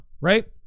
right